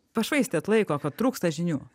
pašvaistėt laiko kad trūksta žinių